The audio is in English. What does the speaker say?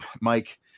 Mike